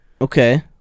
Okay